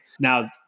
now